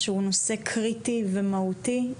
שהוא נושא קריטי ומהותי,